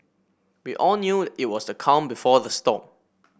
we all knew it was the calm before the storm